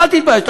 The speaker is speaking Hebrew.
אל תתבייש.